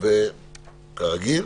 כרגיל.